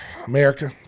America